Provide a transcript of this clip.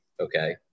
okay